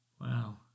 Wow